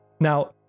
now